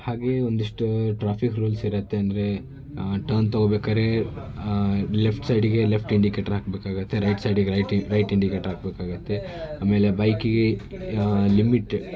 ಹಾಗೆಯೇ ಒಂದಿಷ್ಟು traffic rules ಇರುತ್ತೆ ಅಂದರೆ ಟರ್ನ್ ತೊಗೊಳ್ಬೇಕಾದ್ರೆ ಲೆಫ್ಟ್ ಸೈಡಿಗೆ ಲೆಫ್ಟ್ ಇಂಡಿಕೇಟರ್ ಹಾಕ್ಬೇಕಾಗುತ್ತೆ ರೈಟ್ ಸೈಡಿಗೆ ರೈಟ್ ರೈಟ್ ಇಂಡಿಕೇಟರ್ ಹಾಕ್ಬೇಕಾಗುತ್ತೆ ಆಮೇಲೆ ಬೈಕಿಗೆ ಲಿಮಿಟ್